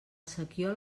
sequiol